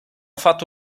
fatto